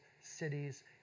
cities